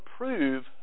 approve